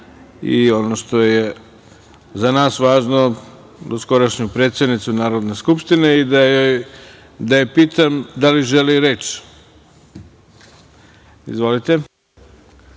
i, ono što je za nas važno, doskorašnju predsednicu Narodne skupštine i da je pitam da li želi reč? Izvolite.